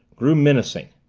grew menacing.